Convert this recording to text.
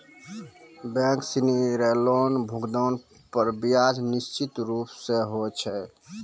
bank सिनी रो loan भुगतान पर ब्याज निश्चित रूप स होय छै